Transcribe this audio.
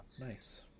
nice